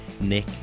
Nick